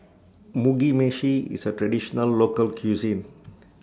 Mugi Meshi IS A Traditional Local Cuisine